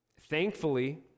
Thankfully